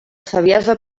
saviesa